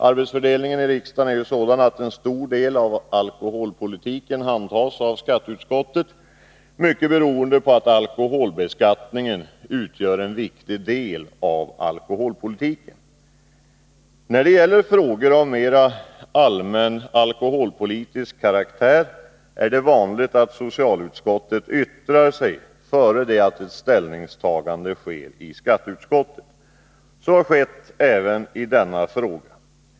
Arbetsfördelningen i riksdagen är ju sådan att en stor del av alkoholpolitiken handhas av skatteutskottet, mycket beroende på att alkoholbeskattningen utgör en viktig del av alkoholpolitiken. När det gäller frågor av mera allmän alkoholpolitisk karaktär är det vanligt att socialutskottet yttrar sig innan ett ställningstagande sker i skatteutskottet. Så har skett även i denna fråga.